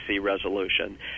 resolution